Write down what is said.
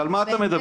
אז על מה אתה מדבר?